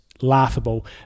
laughable